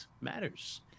matters